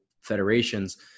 federations